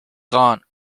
gaunt